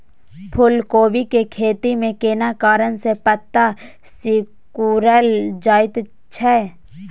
फूलकोबी के खेती में केना कारण से पत्ता सिकुरल जाईत छै?